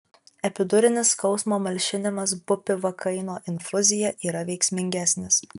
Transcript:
epidurinis skausmo malšinimas bupivakaino infuzija yra veiksmingesnis